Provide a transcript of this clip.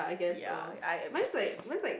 ya I uh same